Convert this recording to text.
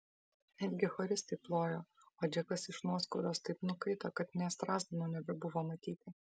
netgi choristai plojo o džekas iš nuoskaudos taip nukaito kad nė strazdanų nebebuvo matyti